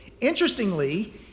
Interestingly